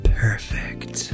perfect